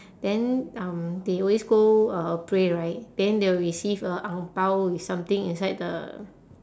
then um they always go uh pray right then they will receive a ang bao with something inside the